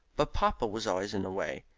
but papa was always in the way.